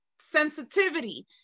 sensitivity